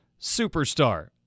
superstar